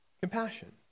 compassion